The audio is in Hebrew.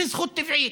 זאת זכות טבעית,